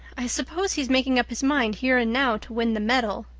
i suppose he's making up his mind, here and now, to win the medal.